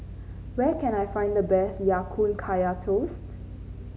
where can I find the best Ya Kun Kaya Toast